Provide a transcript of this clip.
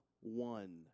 one